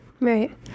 Right